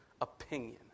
opinion